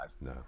No